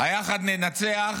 ה"יחד ננצח"